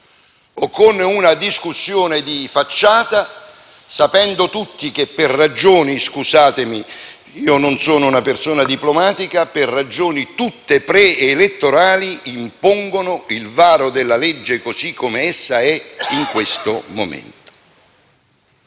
o con una discussione di facciata, sapendo tutti che ragioni - scusatemi, io non sono una persona diplomatica - tutte preelettorali impongono il varo del disegno di legge così come esso è in questo momento.